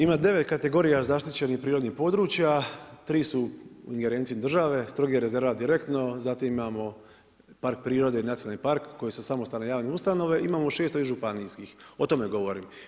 Ima 9 kategorija zaštićenih prirodnih područja, 3 su u ingerenciji države, strogi rezervat direktno, zatim imamo park prirode i nacionalni park koji su samostalne javne ustanove, imamo … i županijskih, o tome govorim.